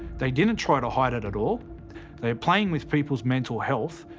they didn't try to hide it at all. they're playing with people's mental health,